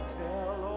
tell